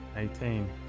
Eighteen